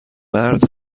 مرد